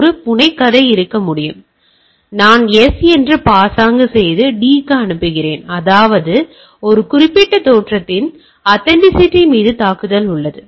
ஒரு புனைகதை இருக்க முடியும் எனவே நான் S என்று பாசாங்கு செய்து D க்கு அனுப்புகிறேன் அதாவது அந்த குறிப்பிட்ட தோற்றத்தின் ஆதென்டிசிட்டியின் மீது தாக்குதல் உள்ளது